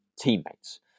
teammates